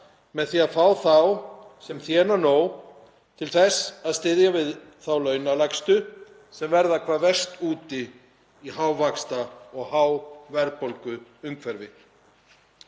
með því að fá þá sem þéna nóg til þess að styðja við þá launalægstu sem verða hvað verst úti í hávaxta- og háverðbólguumhverfi.